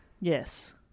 Yes